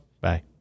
Bye